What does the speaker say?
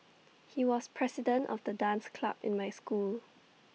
he was the president of the dance club in my school